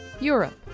Europe